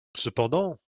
cependant